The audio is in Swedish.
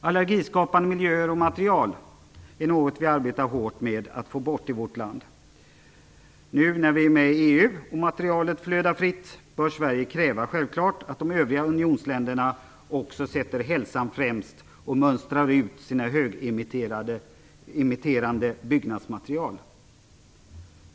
Allergiskapande miljöer och material är något som vi arbetar hårt med att få bort i vårt land. Nu när vi är med i EU och materialet flödar fritt bör Sverige självklart kräva att övriga unionsländer också sätter hälsan främst och mönstrar ut sina högemitterande byggnadsmaterial.